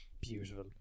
beautiful